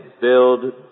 build